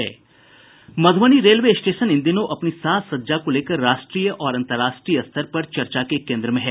Madhubani railway station इन दिनों अपनी साज सज्जा को लेकर राष्ट्रीय और अन्तर्राष्ट्रीय स्तर पर चर्चा के केन्द्र में है